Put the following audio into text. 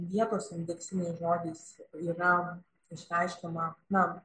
vietos indeksiniais žodiais yra išreiškiama na